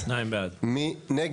טוב, מי בעד הסתייגות מספר 71?